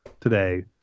today